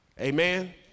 Amen